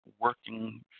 working